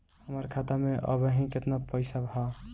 हमार खाता मे अबही केतना पैसा ह?